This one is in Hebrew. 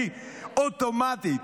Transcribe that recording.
אוטומטית,